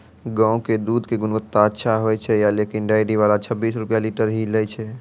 गांव के दूध के गुणवत्ता अच्छा होय या लेकिन डेयरी वाला छब्बीस रुपिया लीटर ही लेय छै?